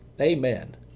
Amen